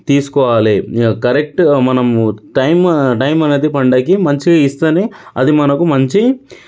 తీసుకోవాలి కరెక్ట్ మనం time time అనేది పంటకి మంచిగా ఇస్తేనే అది మనకు మంచి